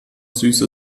süße